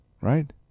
Right